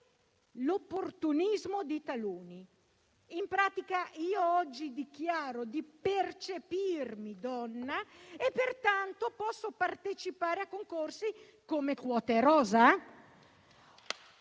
l'opportunismo di taluni. In pratica, se oggi dichiaro di percepirmi donna, posso partecipare a concorsi come quote rosa